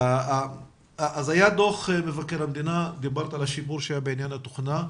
היה דוח מבקר המדינה ודיברת על השיפור שהיה בעניין התוכנה.